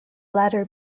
latter